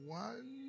one